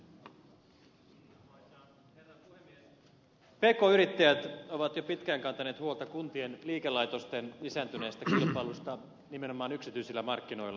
pk yrittäjät ovat jo pitkään kantaneet huolta kuntien liikelaitosten lisääntyneestä kilpailusta nimenomaan yksityisillä markkinoilla